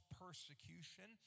persecution